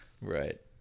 Right